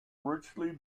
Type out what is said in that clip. richly